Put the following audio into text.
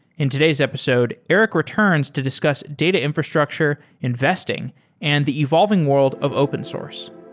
in today's episode, eric returns to discuss data infrastructure investing and the evolving world of open source